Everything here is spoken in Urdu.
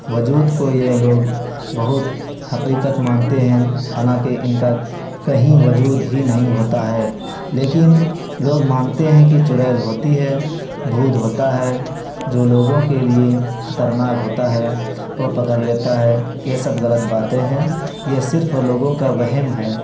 وجود کو یہ لوگ بہت حقیقت مانتے ہیں حالانکہ ان کا کہیں وجود ہی نہیں ہوتا ہے لیکن لوگ مانتے ہیں کہ چڑیل ہوتی ہے بھود ہوتا ہے جو لوگوں کے لیے خطرناک ہوتا ہے وہ پکڑ لیتا ہے یہ سب غلط باتیں ہیں یہ صرف لوگوں کا وہم ہے